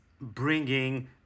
bringing